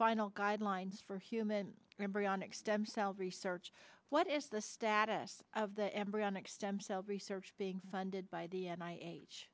final guidelines for human embryonic stem cell research what is the status of the embryonic stem cell research being funded by the age